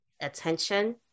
attention